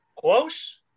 Close